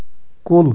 کُل